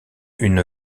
une